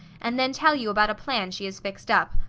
and then tell you about a plan she has fixed up.